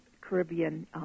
Caribbean